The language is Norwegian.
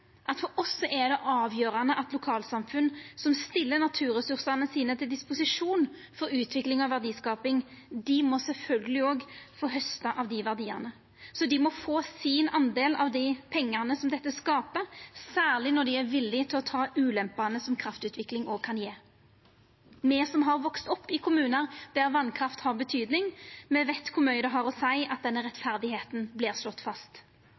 at for oss i Arbeidarpartiet er det avgjerande at lokalsamfunn som stiller naturressursane sine til disposisjon for utvikling og verdiskaping, sjølvsagt òg må få hausta av dei verdiane. Dei må få sin del av dei pengane som dette skaper, særleg når dei er villige til å ta ulempene som kraftutvikling òg kan gje. Me som har vakse opp i kommunar der vasskraft har betyding, veit kor mykje det har å seia at den rettferda vert slått fast.